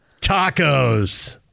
tacos